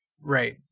Right